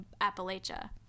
Appalachia